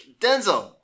Denzel